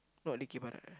not dikir barat ah